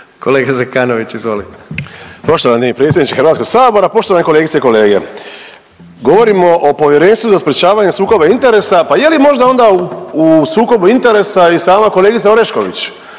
**Zekanović, Hrvoje (HDS)** Poštovani predsjedniče HS, poštovane kolegice i kolege. Govorimo o Povjerenstvu za sprječavanje sukoba interesa, pa je li možda onda u sukobu interesa i sama kolegica Orešković